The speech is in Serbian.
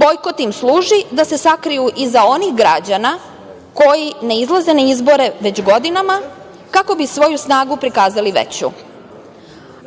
Bojkot im služi da se sakriju iza onih građana koji ne izlaze na izbore već godinama, kako bi svoju snagu prikazali većom,